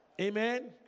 Amen